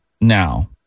now